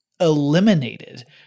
eliminated